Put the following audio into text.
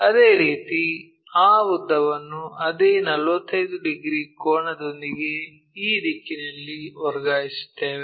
ಅದೇ ರೀತಿ ಆ ಉದ್ದವನ್ನು ಅದೇ 45 ಡಿಗ್ರಿ ಕೋನದೊಂದಿಗೆ ಈ ದಿಕ್ಕಿನಲ್ಲಿ ವರ್ಗಾಯಿಸುತ್ತೇವೆ